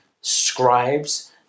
scribes